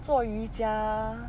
做瑜伽